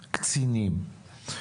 קצינים.